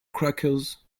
crackers